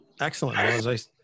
Excellent